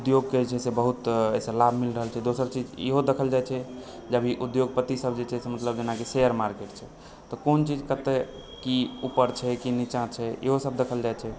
उद्योगके जे छै से बहुत सलाह मिल रहल छै दोसर चीज इहो देखल जाइ छै जे ई उद्योगपतिसभ जे छै मतलब जेनाकि शेयर मार्केट छै तऽ कोन चीज कतय की ऊपर छै कि नीँचा छै इहोसभ देखल जाइत छै